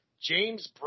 james